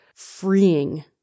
Freeing